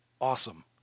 awesome